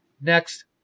Next